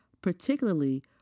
particularly